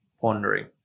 pondering